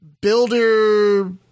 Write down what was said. builder